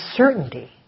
certainty